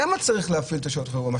שם צריך להפעיל את שעת החירום.